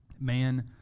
Man